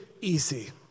easy